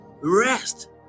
Rest